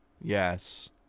Yes